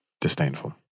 disdainful